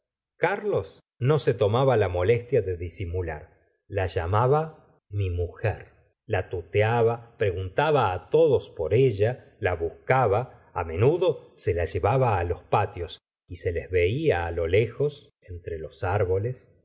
carlos no se tomaba lo molestia de disimular la llamaba mi mujer la tuteaba preguntaba todos por ella la buscaba á menudo se la llevaba los patios y se les veía á lo lejos entre los árboles